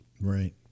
Right